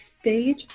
stage